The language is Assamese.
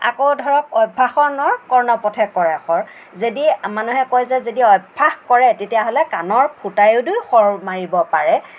আকৌ ধৰক অভ্যাসৰ নৰ কৰ্ণ পথে কৰে শৰ যদি মানুহে কয় যে যদি অভ্যাস কৰে তেতিয়াহ'লে কাণৰ ফুটায়েদি শৰ মাৰিব পাৰে